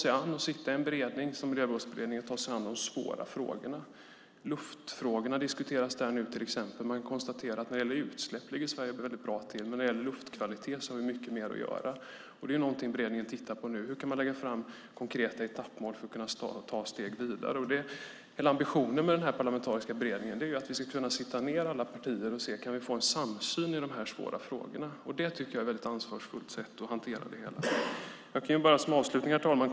Det handlar om att sitta i en beredning som Miljömålsberedningen och ta sig an de svåra frågorna. Där diskuteras till exempel luftfrågorna nu. Man konstaterar att Sverige ligger väldigt bra till när det gäller utsläpp, men när det gäller luftkvalitet har vi mycket mer att göra. Någonting som beredningen tittar på nu är hur man kan lägga fram konkreta etappmål för att kunna ta steg vidare. Hela ambitionen med den här parlamentariska beredningen är att alla partier ska sitta ned och se om vi kan få en samsyn i de här svåra frågorna. Jag tycker att det är ett väldigt ansvarsfullt sätt att hantera det hela. Herr talman!